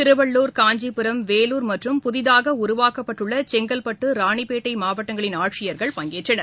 திருவள்ளுர் காஞ்சிபுரம் வேலுார் மற்றும் புதிதாக உருவாக்கப்பட்டுள்ள செங்கல்பட்டு ராணிப்பேட்டை மாவட்டங்களின் ஆட்சியர்கள் பங்கேற்றனர்